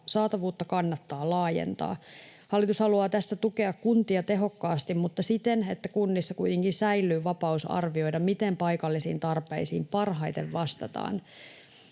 saatavuutta kannattaa laajentaa. Hallitus haluaa tässä tukea kuntia tehokkaasti mutta siten, että kunnissa kuitenkin säilyy vapaus arvioida, miten paikallisiin tarpeisiin parhaiten vastataan.